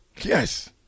Yes